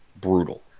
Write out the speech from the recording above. brutal